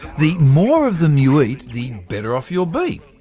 the more of them you eat, the better off you will be,